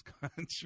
country